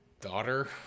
daughter